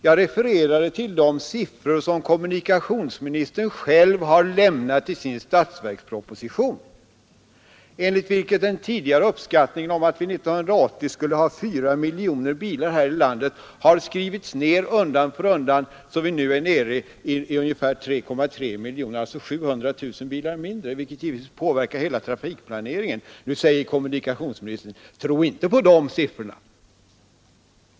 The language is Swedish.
Jag refererade till de siffror som kommunikationsministern själv har lämnat i sin statsverksproposition, enligt vilka den tidigare uppskattningen, att vi år 1980 skulle ha 4 miljoner bilar här i landet, har skrivits ned undan för undan, så att vi nu är nere i ungefär 3,3 miljoner, alltså 700 000 bilar färre, vilket givetvis påverkar hela trafikplaneringen. Nu säger kommunikationsministern: Tro inte på de siffrorna!